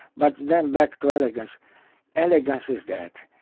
but then back to elegance elegance is that.